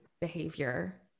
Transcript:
behavior